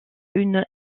une